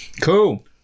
cool